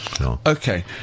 Okay